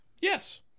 Yes